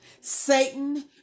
Satan